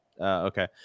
Okay